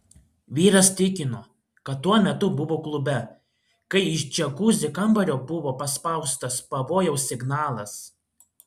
vyras tikino kad tuo metu buvo klube kai iš džiakuzi kambario buvo paspaustas pavojaus signalas